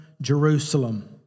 Jerusalem